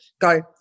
go